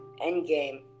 Endgame